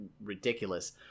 Ridiculous